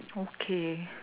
okay